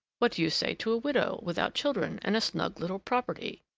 what do you say to a widow without children, and a snug little property?